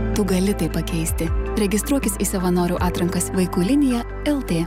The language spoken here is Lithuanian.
tu gali tai pakeisti registruokis į savanorių atrankas vaikų linija lt